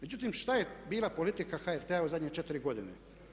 Međutim šta je bila politika HRT-a u zadnje 4 godine?